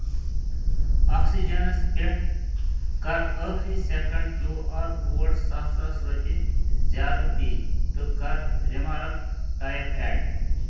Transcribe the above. آکسِجنس پٮ۪ٹھ کَر ٲخری سٮ۪کنڈ کیو آر کوڈ سَتھ ساس رۄپیہِ زیادٕ پے تہٕ کَر رِمارٕک ٹایِپ ایڈ